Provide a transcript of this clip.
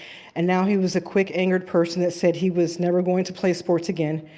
and now he was a quick angered person that said he was never going to play sports again,